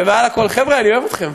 ומעל הכול, חבר'ה, אני אוהב אתכם.